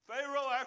Pharaoh